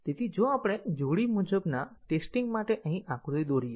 જો આપણે જોડી મુજબના ટેસ્ટીંગ માટે અહીં આકૃતિ દોરીએ